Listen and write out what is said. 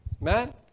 Man